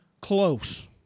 close